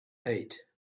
eight